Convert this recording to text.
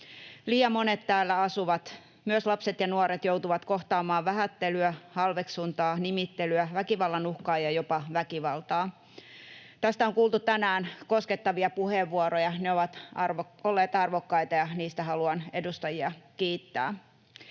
Liian monet täällä asuvat, myös lapset ja nuoret, joutuvat kohtaamaan vähättelyä, halveksuntaa, nimittelyä, väkivallan uhkaa ja jopa väkivaltaa. Tästä on kuultu tänään koskettavia puheenvuoroja. Ne ovat olleet arvokkaita, ja niistä haluan edustajia kiittää.